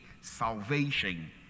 salvation